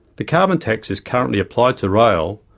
the carbon tax is currently applied to rail,